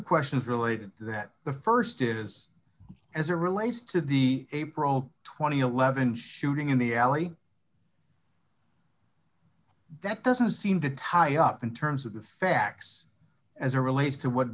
questions related to that the st is as a relates to the april th levin shooting in the alley that doesn't seem to tie up in terms of the facts as a relates to what